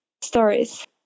stories